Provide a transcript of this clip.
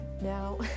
Now